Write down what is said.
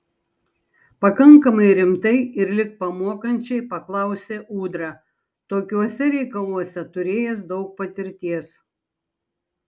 pakankamai rimtai ir lyg pamokančiai paklausė ūdra tokiuose reikaluose turėjęs daug patirties